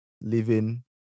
living